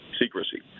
secrecy